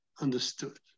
understood